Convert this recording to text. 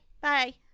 Bye